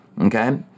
Okay